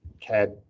CAD